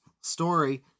story